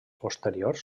posteriors